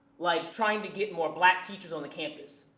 like trying to get more black teachers on the campus,